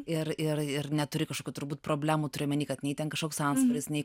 ir ir ir neturi kažkokių turbūt problemų turiu omeny kad nei ten kažkoks antsvoris nei